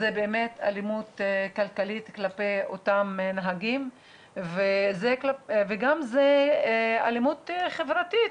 זו באמת אלימות כלכלית כלפי אותם נהגים וזה גם אלימות חברתית,